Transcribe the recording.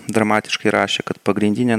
dramatiškai rašė kad pagrindinė